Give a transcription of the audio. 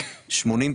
80%,